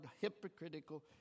hypocritical